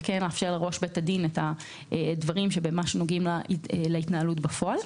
ולאפשר לראש בית הדין את הדברים שממש נוגעים להתנהלות בפועל.